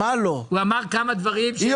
הוא אמר כמה דברים --- מה לא?